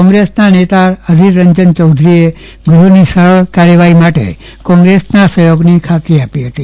કોંગ્રેસના નેતા અધિર રંજન ચોધરીએ ગ્રહની સરળ કાર્યવાહી માટે કોંગ્રેસના સહયોગની ખાતરી આપી હતી